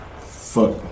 fuck